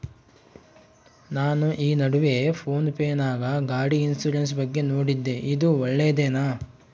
ನಾನು ಈ ನಡುವೆ ಫೋನ್ ಪೇ ನಾಗ ಗಾಡಿ ಇನ್ಸುರೆನ್ಸ್ ಬಗ್ಗೆ ನೋಡಿದ್ದೇ ಇದು ಒಳ್ಳೇದೇನಾ?